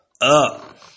up